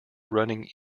running